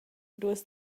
duos